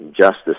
justice